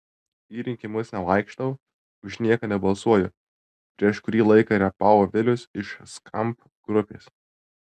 į rinkimus nevaikštau už nieką nebalsuoju prieš kurį laiką repavo vilius iš skamp grupės